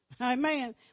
Amen